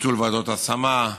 ביטול ועדות השמה,